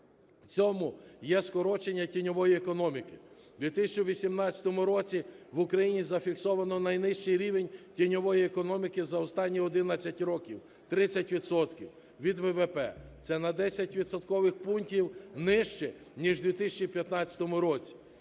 в цьому є скорочення тіньової економіки. В 2018 році в Україні зафіксовано найнижчий рівень тіньової економіки за останні 11 років – 30 відсотків від ВВП. Це на 10 відсоткових пунктів нижче ніж в 2015 році.